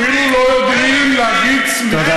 אפילו לא יודעים להגיד סליחה.